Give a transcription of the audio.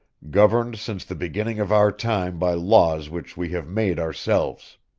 governed since the beginning of our time by laws which we have made ourselves.